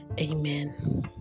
Amen